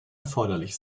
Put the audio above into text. erforderlich